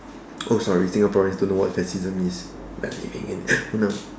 oh sorry Singaporeans don't know what fascism is we're living in oh no